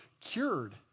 cured